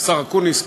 השר אקוניס,